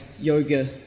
yoga